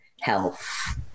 health